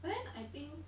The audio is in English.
but then I think